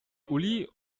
uli